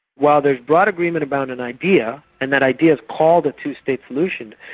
while there's broad agreement about an idea, and that idea's called the two-state solution,